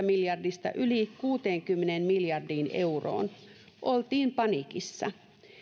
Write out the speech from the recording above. miljardista yli kuuteenkymmeneen miljardiin euroon oltiin paniikissa